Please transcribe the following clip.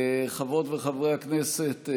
חברות וחברי הכנסת,